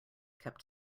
kept